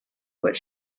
what